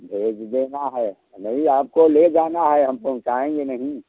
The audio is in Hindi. भेज देना है नहीं आपको ले जाना है हम पहुँचाएंगे नहीं